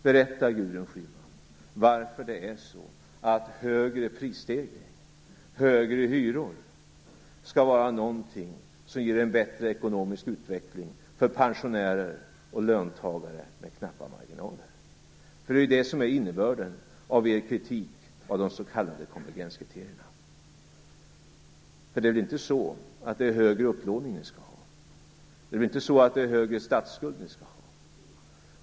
Berätta, Gudrun Schyman, varför högre prisstegringar och högre hyror skall vara något som ger en bättre ekonomisk utveckling för pensionärer och löntagare med knappa marginaler! Det är ju innebörden av er kritik mot de s.k. konvergenskriterierna. Det är väl inte så att det är en högre upplåning ni skall ha? Det är väl inte så att det är en högre statsskuld ni skall ha?